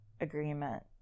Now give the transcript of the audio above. agreement